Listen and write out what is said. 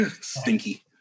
stinky